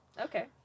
Okay